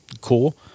cool